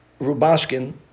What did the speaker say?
Rubashkin